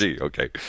Okay